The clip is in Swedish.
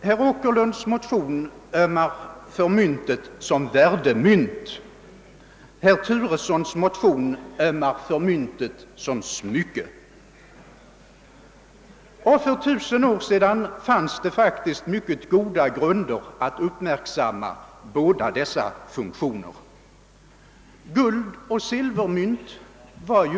Herr Åkerlunds motion ömmar för myntet som »värdemynt», herr Turessons motion. ömmar för myntet som smycke. För tusen år sedan fanns faktiskt mycket goda grunder för att upp märksamma båda dessa funktioner. Guldoch silvermynt var.